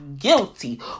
guilty